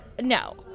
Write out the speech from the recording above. No